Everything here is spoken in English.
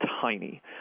tiny